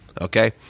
Okay